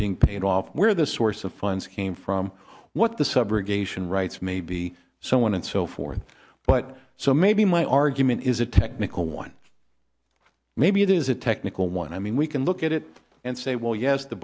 being paid off where the source of funds came from what the subrogation rights may be so on and so forth but so maybe my argument is a technical one maybe it is a technical one i mean we can look at it and say well yes t